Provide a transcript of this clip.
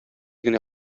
генә